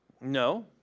No